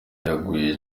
yaguye